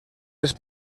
les